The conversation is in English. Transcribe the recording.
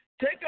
Take